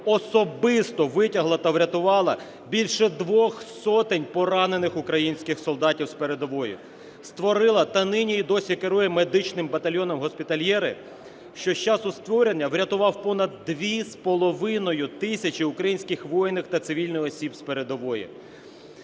особисто витягла та врятувала більше двох сотень поранених українських солдатів з передової, створила та нині і досі керує медичним батальйоном "Госпітальєри", що з часу створення врятував понад 2,5 тисячі українських воїнів та цивільних осіб з передової.